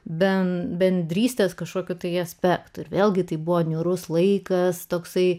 bendrystės kažkokių tai aspektų ir vėlgi tai buvo niūrus laikas toksai